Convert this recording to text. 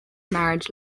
marriage